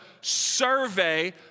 survey